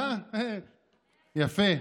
אה, יפה.